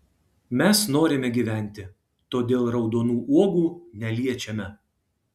mes norime gyventi todėl raudonų uogų neliečiame